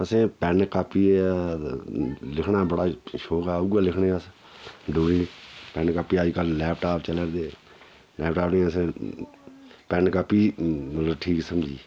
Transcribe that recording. असें pen copy लिखना बड़ा शौंक ऐ उ'यै लिखने अस डोगरी पैन कापी अज्जकल लैपटाप चला'रदे लैपटाप नी असें पैन कापी मतलब ठीक समझी